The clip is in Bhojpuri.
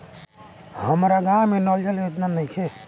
हमारा गाँव मे नल जल योजना नइखे?